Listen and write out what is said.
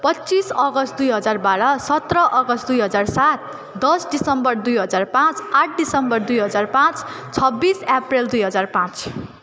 पच्चिस अगस्त दुई हजार बाह्र सत्र अगस्त दुई हजार सात दस दिसम्बर दुई हजार पाँच आठ दिसम्बर दुई हजार पाँच छब्बिस अप्रेल दुई हजार पाँच